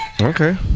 Okay